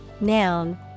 Noun